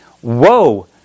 Whoa